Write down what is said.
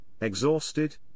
exhausted